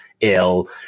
ill